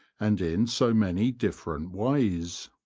and in so many different ways.